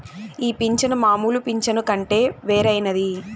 ఈ పింఛను మామూలు పింఛను కంటే వేరైనది